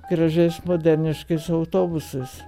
gražiais moderniškais autobusais